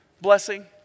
blessing